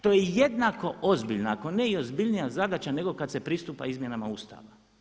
To je jednako ozbiljna, ako ne i ozbiljnija zadaća nego kad se pristupa izmjenama Ustava.